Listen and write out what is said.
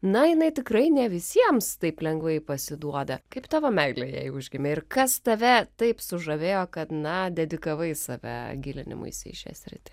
na jinai tikrai ne visiems taip lengvai pasiduoda kaip tavo meilė jai užgimė ir kas tave taip sužavėjo kad na dedikavai save gilinimuisi į šią sritį